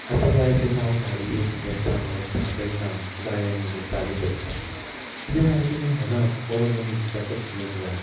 हाच्या भायर जेन्ना हांव गाडयेन येता वता तेन्ना गायन म्हजें चालूच आसता कितें ना जाल्यार कितें म्हणप हो म्हजो नित्याचोच नेम जाला